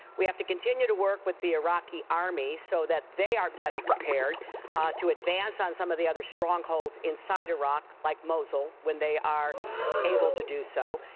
we have to continue to work with the iraqi army so that they are better prepared to advance on some of the other strongholds inside iraq, like mosul, when they are able to do so.